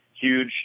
huge